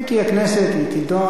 אם תהיה כנסת היא תידון,